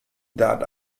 that